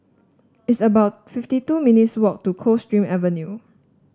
it's about fifty two minutes' walk to Coldstream Avenue